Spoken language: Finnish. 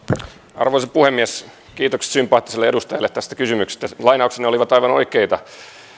arvoisa puhemies kiitokset sympaattiselle edustajalle tästä kysymyksestä lainauksenne olivat aivan oikeita